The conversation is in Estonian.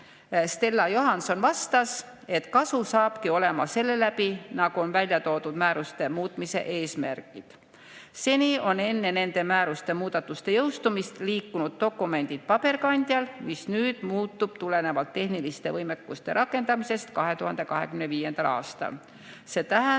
Stella Johanson vastas, et kasu saabki olema selle läbi, nagu on välja toodud määruste muutmise eesmärgid. Seni on enne nende määruste muudatuste jõustumist liikunud dokumendid paberkandjal, mis nüüd muutub tulenevalt tehniliste võimekuste rakendamisest 2025. aastal. See tähendab,